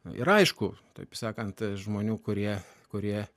ir aišku taip sakant žmonių kurie kurie